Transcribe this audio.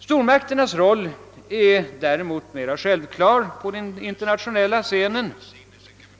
Stormakternas roll är emellertid mera självklar på den internationella scenen.